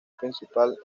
principal